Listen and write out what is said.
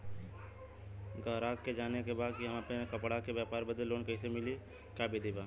गराहक के जाने के बा कि हमे अपना कपड़ा के व्यापार बदे लोन कैसे मिली का विधि बा?